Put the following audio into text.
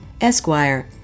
Esquire